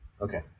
Okay